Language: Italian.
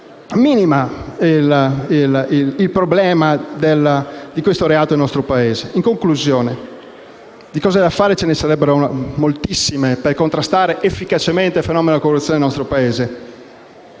minima, il problema di questo reato nel nostro Paese? In conclusione, di cose da fare ce ne sarebbero moltissime per contrastare efficacemente il fenomeno della corruzione nel nostro Paese.